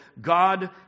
God